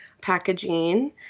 packaging